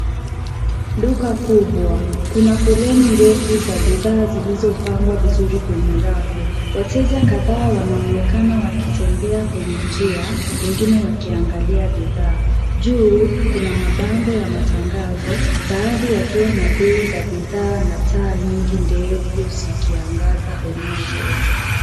Duka kubwa. Kuna foleni ndefu za bidhaa zilizopangwa vizuri kwenye rafu. Wateja kadhaa wanaonekana wakitembea kwenye njia ,wengine wakiangalia bidhaa. Juu kuna mabango ya matangazo, baadhi yakiwa na bei za bidhaa, na taa nyingi ndefu zikiangaza eneo lote .